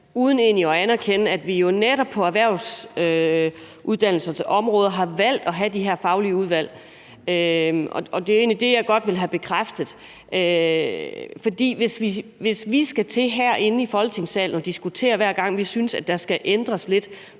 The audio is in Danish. at anerkende, at vi jo netop på erhvervsuddannelser til forskellige områder har valgt at have de her faglige udvalg. Det er egentlig det, jeg godt vil have bekræftet. For hvis vi skal til herinde i Folketingssalen at diskutere, hver gang vi synes, der skal ændres lidt